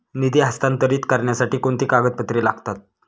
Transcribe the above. निधी हस्तांतरित करण्यासाठी कोणती कागदपत्रे लागतात?